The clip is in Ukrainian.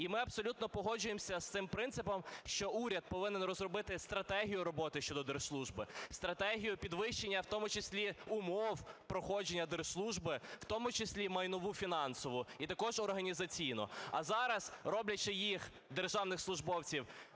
І ми абсолютно погоджуємося з цим принципом, що уряд повинен розробити стратегію роботи щодо держслужби, стратегію підвищення, в тому числі умов проходження держслужби, в тому числі і майнову фінансову, і також організаційну. А зараз, роблячи їх, державних службовців,